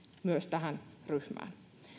myös tähän ryhmään